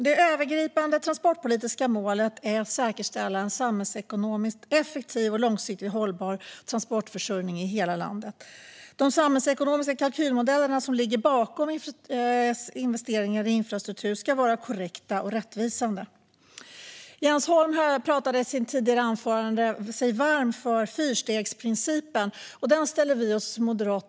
Det övergripande transportpolitiska målet är att säkerställa en samhällsekonomiskt effektiv och långsiktigt hållbar transportförsörjning i hela landet. De samhällsekonomiska kalkylmodeller som ligger bakom investeringarna i infrastruktur ska vara korrekta och rättvisande. Jens Holm pratade i sitt anförande sig varm för fyrstegsprincipen, och den ställer vi moderater oss bakom.